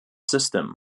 system